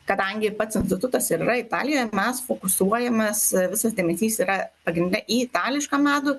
kadangi ir pats institutas ir yra italijoj mes fokusuojames visas dėmesys yra pagrinde į itališką medų